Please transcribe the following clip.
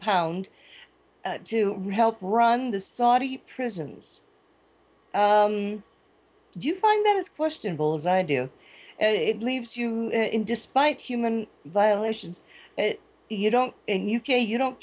pound to help run the saudi prisons do you find that is questionable as i do it leaves you in despite human violations you don't and u k you don't